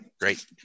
Great